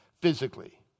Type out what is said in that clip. physically